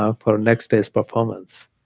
ah for next day's performance,